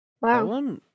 Wow